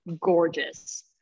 gorgeous